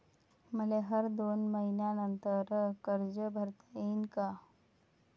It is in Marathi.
मले हर दोन मयीन्यानंतर कर्ज भरता येईन का?